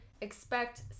expect